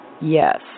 Yes